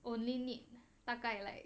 only need 大概 like